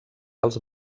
als